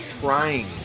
trying